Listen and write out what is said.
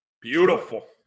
Beautiful